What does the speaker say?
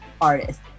artist